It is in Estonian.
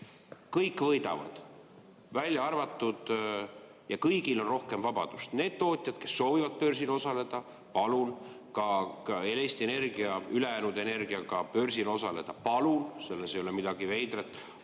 Kõik võidavad. Ja kõigil on rohkem vabadust. Need tootjad, kes soovivad börsil osaleda – palun! Ka Eesti Energia ülejäänud energiaga börsil osaleda – palun! Selles ei ole midagi veidrat.